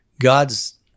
God's